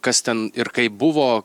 kas ten ir kaip buvo